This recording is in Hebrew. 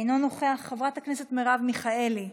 אינו נוכח, חברת הכנסת מרב מיכאלי,